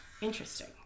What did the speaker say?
Interesting